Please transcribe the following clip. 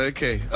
Okay